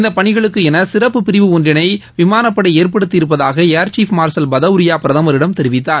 இந்த பணிகளுக்கென சிறப்பு பிரிவு ஒன்றினை விமானப்படை ஏற்படுத்தியிருப்பதாக ஏர் சீப் மார்ஷல் பதௌரியா பிரதமரிடம் தெரிவித்தார்